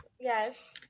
yes